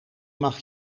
mag